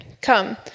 Come